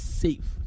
safe